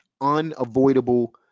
unavoidable